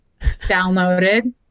downloaded